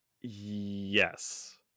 yes